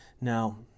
Now